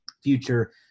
future